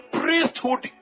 priesthood